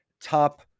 top